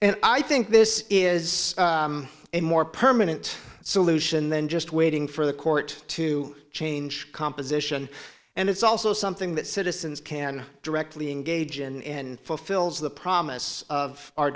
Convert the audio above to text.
and i think this is a more permanent solution than just waiting for the court to change the composition and it's also something that citizens can directly engage in fulfills the promise of our